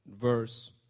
verse